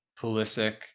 Pulisic